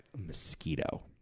mosquito